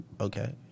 Okay